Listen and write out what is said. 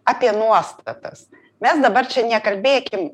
apie nuostatas mes dabar čia nekalbėkim